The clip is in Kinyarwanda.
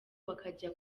bakajya